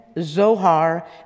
Zohar